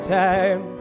time